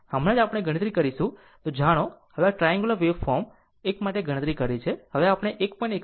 હમણાં જ આપણે ગણતરી કરીશું જાણો હવે આપણે ટ્રાન્ગુલર એક માટે જેની ગણતરી કરી છે તે હવે આપણે 1